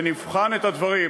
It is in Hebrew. ונבחן את הדברים,